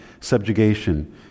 subjugation